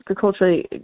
culturally